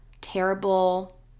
terrible